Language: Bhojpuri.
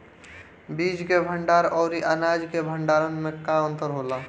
बीज के भंडार औरी अनाज के भंडारन में का अंतर होला?